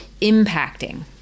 impacting